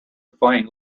find